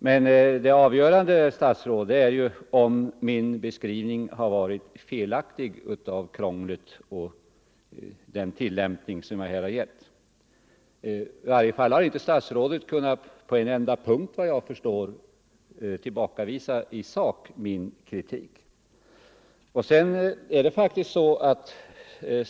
Men det avgörande, herr statsråd, är om min beskrivning av krånglet i samband med tillämpningen har varit felaktig. Statsrådet har inte på en enda punkt, vad jag förstår, i sak kunnat tillbakavisa min kritik.